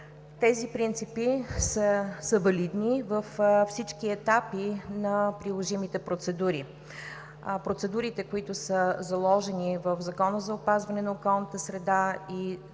Тези принципи са валидни във всички етапи на приложимите процедури. Процедурите, които са заложени в Закона за опазване на околната среда